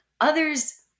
others